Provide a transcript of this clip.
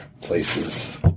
places